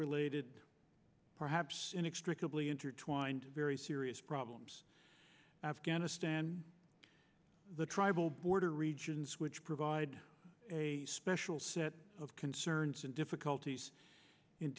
related perhaps inextricably intertwined very serious problems afghanistan the tribal border regions which provide a special set of concerns and difficulties